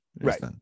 Right